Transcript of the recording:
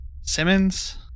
Simmons